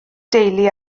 deulu